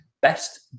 Best